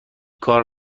کار